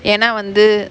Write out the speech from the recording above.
ஏன்னா வந்து:yaeanaa vanthu